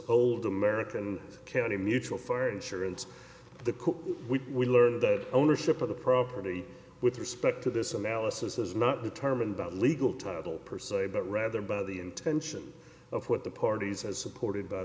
old american county mutual fire insurance the we learn that ownership of the property with respect to this analysis is not determined by the legal title per se but rather by the intention of what the parties as supported by